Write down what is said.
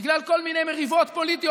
בגלל כל מיני מריבות פוליטיות,